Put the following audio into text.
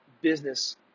business